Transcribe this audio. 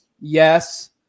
yes